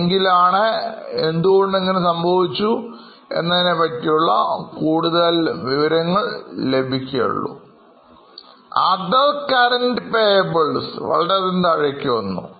Other Current payables വളരെയധികം താഴേയ്ക്കു വന്നു